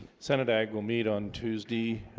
senate ag will meet on tuesday,